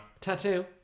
tattoo